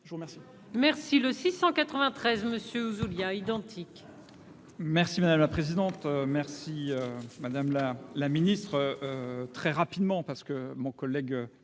je vous remercie.